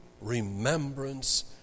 remembrance